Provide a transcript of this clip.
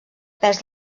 pes